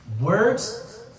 words